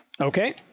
Okay